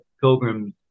pilgrims